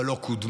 אבל לא קודמה,